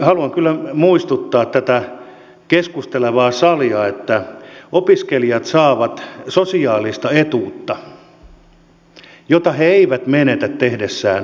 haluan kyllä muistuttaa tätä keskustelevaa salia että opiskelijat saavat sosiaalista etuutta jota he eivät menetä tehdessään työsuhteessa töitä